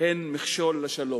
הן מכשול לשלום.